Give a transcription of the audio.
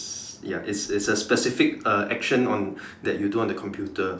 ya it's it's a specific uh action on that you do on a computer